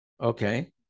Okay